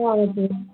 ஆ okay